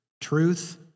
truth